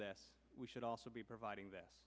that we should also be providing th